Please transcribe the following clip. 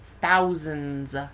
thousands